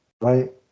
Right